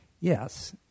yes